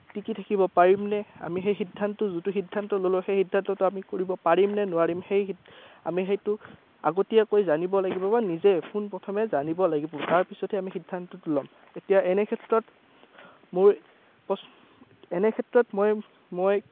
টিকি থাকিব পাৰিমনে আমি সেই সিদ্ধান্ত যোনটো সিদ্ধন্ত ল'লোঁ সেই সিদ্ধান্তটো আমি কৰিম পাৰিম নে নোৱাৰিম সেই আমি সেইটো আগতীয়াকৈ জানিব লাগিব বা নিজেই পোনপ্ৰথমে জানিব লাগিব তাৰ পিছতে আমি সিদ্ধান্তটো ল'ম এতিয়া এনে ক্ষেত্ৰত মোৰ এনে ক্ষেত্ৰতত মই মই